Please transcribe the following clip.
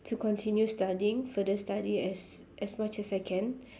to continue studying for the study as as much I can